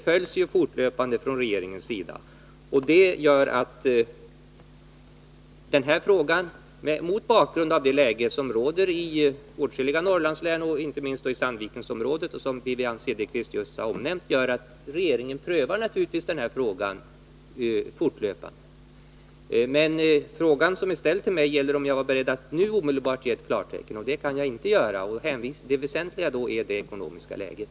Mot bakgrund av det läge som råder i åtskilliga Norrlandslän och inte minst i Sandvikenområdet, som Wivi-Anne Cederqvist särskilt nämner, följer regeringen fortlöpande dessa frågor. Den fråga som har ställts till mig är om jag är beredd att nu omedelbart ge klartecken för byggandet. Det kan jag inte göra, och det väsentliga skälet är det ekonomiska läget.